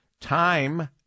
Time